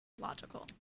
logical